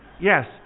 Yes